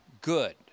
good